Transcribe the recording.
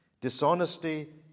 Dishonesty